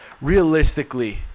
realistically